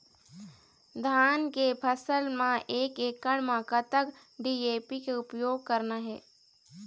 धान के फसल म एक एकड़ म कतक डी.ए.पी के उपयोग करना हे?